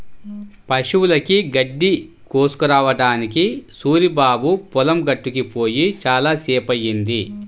పశువులకి గడ్డి కోసుకురావడానికి సూరిబాబు పొలం గట్టుకి పొయ్యి చాలా సేపయ్యింది